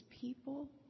people